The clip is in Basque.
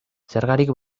zergarik